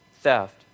theft